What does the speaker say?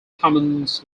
commons